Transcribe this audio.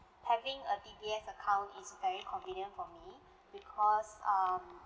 having a D_B_S account is very convenient for me because um